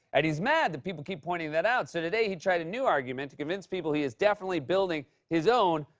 and he's mad that people keep pointing that out. so today he tried a new argument to convince people that he is definitely building his own,